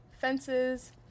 Fences